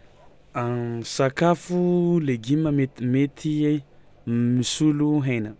Ny sakafo legioma mety mety misolo hena